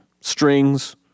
Strings